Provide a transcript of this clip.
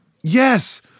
Yes